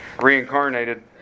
reincarnated